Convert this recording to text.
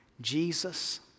Jesus